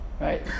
right